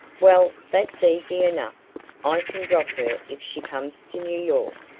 well, that's easy enough i can drop her if she comes to new york.